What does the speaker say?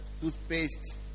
toothpaste